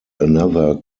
another